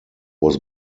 was